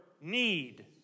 need